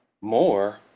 More